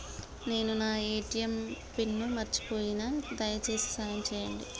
నేను నా ATM PIN మర్చిపోయిన, దయచేసి సాయం చేయండి